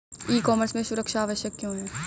ई commerce में सुरक्षा आवश्यक क्यों है?